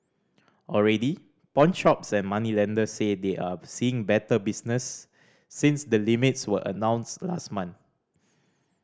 already pawnshops and moneylenders say they are seeing better business since the limits were announced last month